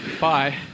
bye